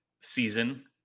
season